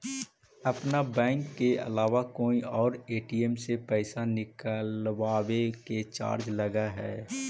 अपन बैंक के अलावा कोई और ए.टी.एम से पइसा निकलवावे के चार्ज लगऽ हइ